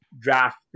draft